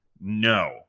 no